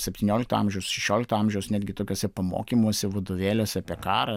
septyniolikto amžiaus šešiolikto amžiaus netgi tokiuose pamokymuose vadovėliuose apie karą